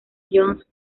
johns